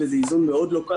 וזה איזון לא קל,